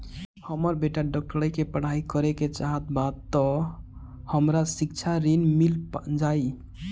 हमर बेटा डाक्टरी के पढ़ाई करेके चाहत बा त हमरा शिक्षा ऋण मिल जाई?